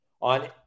on